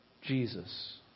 Jesus